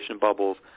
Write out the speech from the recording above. bubbles